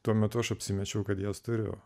tuo metu aš apsimečiau kad jas turiu